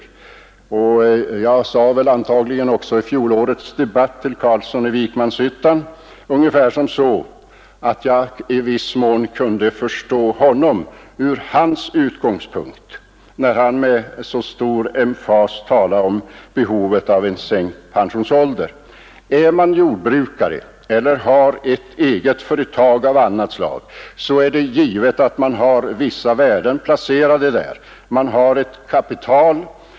I fjolårets debatt sade jag antagligen till herr Carlsson i Vikmanshyttan, att jag i viss mån kunde förstå honom från hans utgångspunkt, när han med emfas talade om behovet av en sänkt pensionsålder. Om man är jordbrukare eller har ett eget företag av annat slag, är det givet att man då har vissa värden placerade i detta företag.